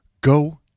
go